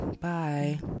bye